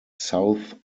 south